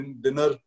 dinner